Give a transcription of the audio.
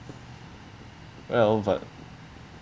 well but